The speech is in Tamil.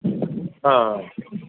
ஆ